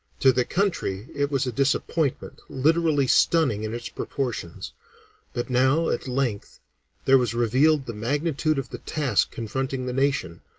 to the country it was a disappointment literally stunning in its proportions but now at length there was revealed the magnitude of the task confronting the nation,